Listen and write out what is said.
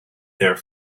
there